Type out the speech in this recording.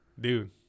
dude